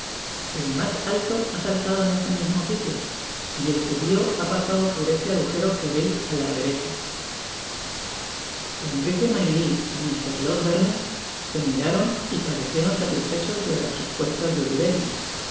el mas alto ha saltado en ese mismo sitio y eí judio ha pasado por ese agujero que veis á ía derecha enrique maylie y mr losberne áe miraron y parecieron satisfechos delas respuestas de oliverio